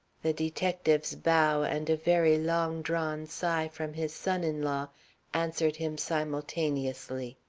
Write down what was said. the detective's bow and a very long-drawn sigh from his son-in-law answered him simultaneously.